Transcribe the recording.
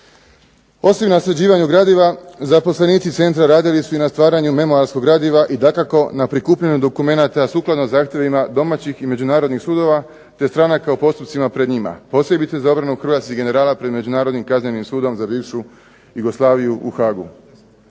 Osim nasljeđivanju gradiva zaposlenici centra radili su i na stvaranju memoarskog gradiva i dakako na prikupljanju dokumenata sukladno zahtjevima domaćih i međunarodnih sudova te stranaka u postupcima pred njima. Posebice za obranu hrvatskih generala pred Međunarodnim kaznenim sudom za bivšu Jugoslaviju u Haagu.